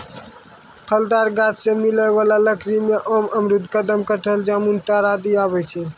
फलदार गाछ सें मिलै वाला लकड़ी में आम, अमरूद, कदम, कटहल, जामुन, ताड़ आदि आवै छै